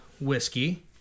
whiskey